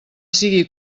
sigui